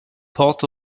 port